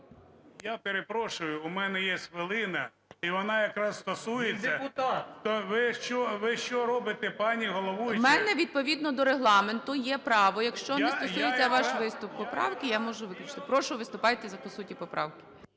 Я перепрошую, у мене є хвилина, і вона якраз стосується… Ви що робите, пані головуюча? ГОЛОВУЮЧИЙ. У мене відповідно до Регламенту є право, якщо не стосується ваш виступ поправки, я можу виключити. Прошу, виступайте по суті поправки.